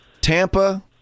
Tampa